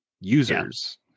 users